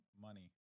money